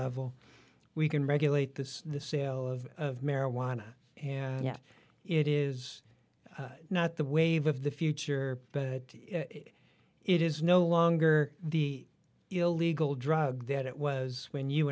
level we can regulate this the sale of marijuana and yeah it is not the wave of the future but it is no longer the illegal drug that it was when you